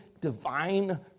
divine